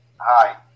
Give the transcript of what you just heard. hi